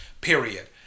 period